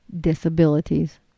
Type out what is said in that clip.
disabilities